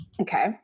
Okay